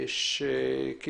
שלום לכולם.